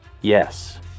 Yes